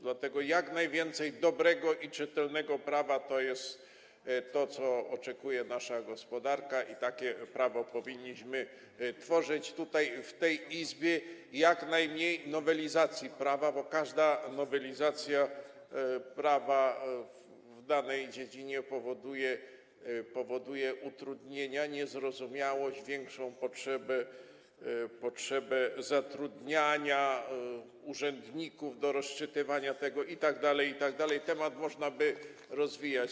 Dlatego jak najwięcej dobrego i czytelnego prawa - to jest to, czego oczekuje nasza gospodarka, i takie prawo powinniśmy tworzyć tutaj, w tej Izbie - i jak najmniej nowelizacji prawa, bo każda nowelizacja prawa w danej dziedzinie powoduje utrudnienia, niezrozumiałość, większą potrzebę zatrudniania urzędników do odczytywania tego itd., temat można by rozwijać.